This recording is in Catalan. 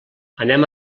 anem